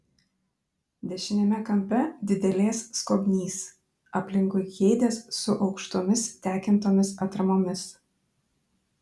dešiniame kampe didelės skobnys aplinkui kėdės su aukštomis tekintomis atramomis